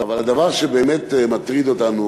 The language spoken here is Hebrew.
אבל הדבר שבאמת מטריד אותנו,